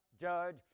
judge